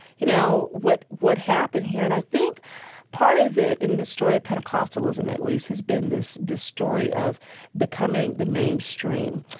you know, what what happened here? and i think part of it, in the story of pentecostalism at least, has been this story of becoming the mainstream.